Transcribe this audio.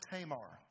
Tamar